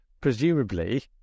presumably